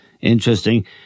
interesting